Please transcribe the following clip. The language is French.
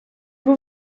vous